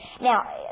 Now